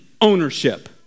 ownership